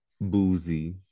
boozy